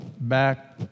back